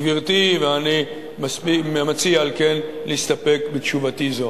גברתי, ואני מציע על כן להסתפק בתשובתי זו.